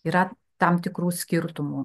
yra tam tikrų skirtumų